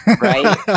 right